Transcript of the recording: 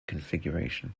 configuration